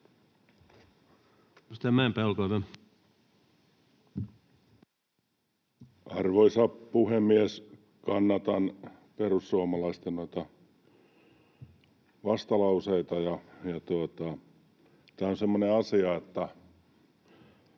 Arvoisa puhemies! Kannatan perussuomalaisten vastalauseita. Tämä on semmoinen asia, että